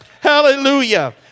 Hallelujah